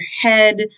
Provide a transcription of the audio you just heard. head